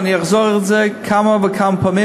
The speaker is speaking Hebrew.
ואני אחזור על זה כמה וכמה פעמים.